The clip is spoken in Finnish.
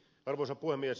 arvoisa puhemies